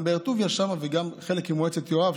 גם באר טוביה שם וגם חלק ממועצת יואב,